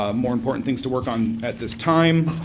ah more important things to work on at this time.